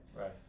Right